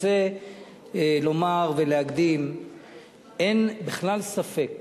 אני רוצה להקדים ולומר שאין בכלל ספק